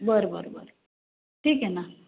बरं बरं बरं ठीक आहे ना